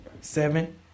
Seven